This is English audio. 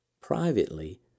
Privately